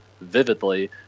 vividly